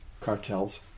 cartels